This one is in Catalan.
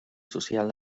social